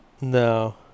No